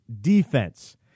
defense